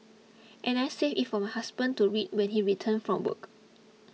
and I saved it for my husband to read when he returned from work